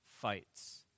fights